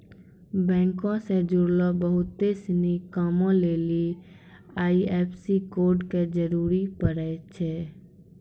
बैंको से जुड़लो बहुते सिनी कामो लेली आई.एफ.एस.सी कोड के जरूरी पड़ै छै